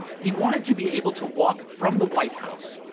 he wanted to be able to walk from the white house,